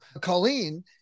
Colleen